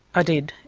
i did.